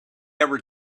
ever